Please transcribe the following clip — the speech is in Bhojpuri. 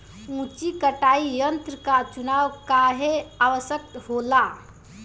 उचित कटाई यंत्र क चुनाव काहें आवश्यक होला?